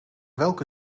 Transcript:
welke